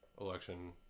election